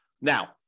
Now